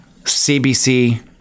CBC